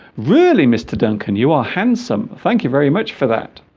really mr. duncan you are handsome thank you very much for that